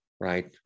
right